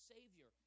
Savior